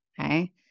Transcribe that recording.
Okay